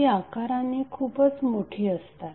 ती आकाराने खूपच मोठी असतात